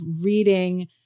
reading